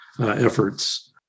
efforts